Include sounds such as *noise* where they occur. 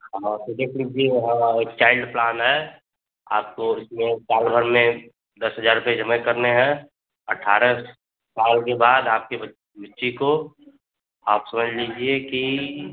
हाँ *unintelligible* भी हाँ एक चाइल्ड प्लान है आपको इसमें साल भर में दस हज़ार रुपये जमा करने हैं अठारह साल के बाद आपकी बच्ची को आप समझ लीजिए कि